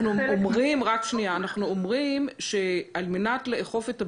אנחנו אומרים שעל מנת לאכוף את הבידוד,